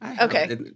Okay